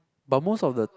but most of the